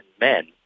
men